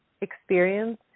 experience